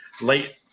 late